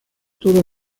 toda